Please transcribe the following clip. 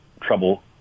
trouble